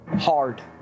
hard